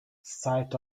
site